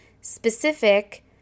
specific